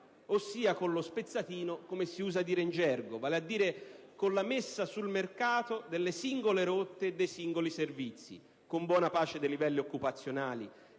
ossia con lo spezzatino, come si usa dire in gergo. Vale a dire, quindi, con la messa sul mercato delle singole rotte e dei singoli servizi, con buona pace dei livelli occupazionali